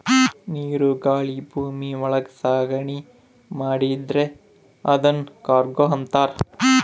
ನೀರು ಗಾಳಿ ಭೂಮಿ ಒಳಗ ಸಾಗಣೆ ಮಾಡಿದ್ರೆ ಅದುನ್ ಕಾರ್ಗೋ ಅಂತಾರ